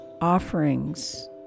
offerings